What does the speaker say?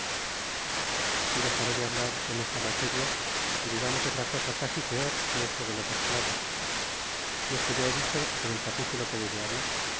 y dexaré de hablar en esta materia y digamos otra cosa casi peor que esto de los esclavos y es que ya he dicho en el capitulo que dallo habla